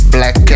Black